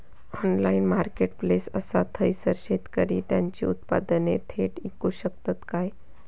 Online marketplace असा थयसर शेतकरी त्यांची उत्पादने थेट इकू शकतत काय?